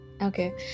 Okay